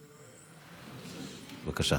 בבקשה.